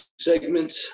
segment